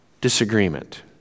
disagreement